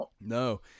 No